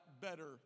better